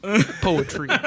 poetry